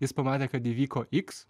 jis pamatė kad įvyko iks